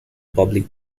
public